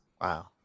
Wow